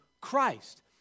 Christ